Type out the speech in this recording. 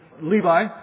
Levi